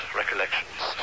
recollections